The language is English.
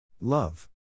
love